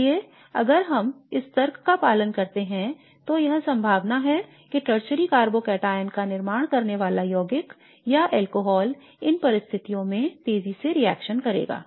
इसलिए अगर हम इस तर्क का पालन करते हैं तो यह संभावना है कि टर्शरी कार्बोकैटायन का निर्माण करने वाला यौगिक या अल्कोहल इन परिस्थितियों में तेजी से रिएक्शन करेगा